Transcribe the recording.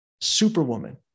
Superwoman